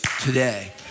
today